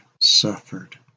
suffered